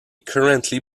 currently